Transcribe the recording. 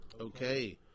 Okay